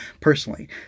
personally